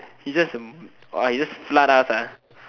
he just he just flood us ah